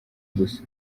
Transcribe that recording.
gusa